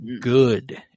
good